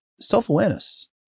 Self-awareness